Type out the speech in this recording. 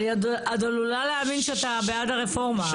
אני עוד עלולה להאמין שאתה בעד הרפורמה.